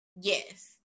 Yes